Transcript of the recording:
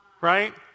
right